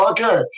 Okay